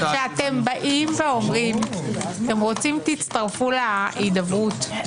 אתם אומרים: אתם רוצים תצטרפו להידברות,